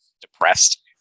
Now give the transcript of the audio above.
depressed